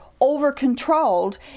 over-controlled